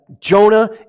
Jonah